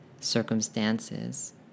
circumstances